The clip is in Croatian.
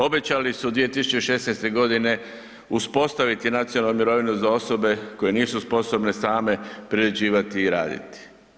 Obećali su 2016.g. uspostaviti nacionalnu mirovinu za osobe koje nisu sposobne same privređivati i raditi.